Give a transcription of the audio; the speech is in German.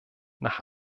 nach